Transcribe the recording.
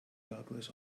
douglas